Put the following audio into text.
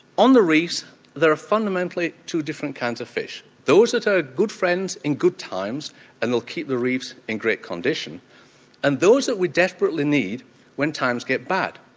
on the reefs there are fundamentally two different kinds of fish those that are good friends in good times and will keep the reefs in good condition and those that we desperately need when times get bad.